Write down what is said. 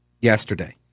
yesterday